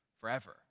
forever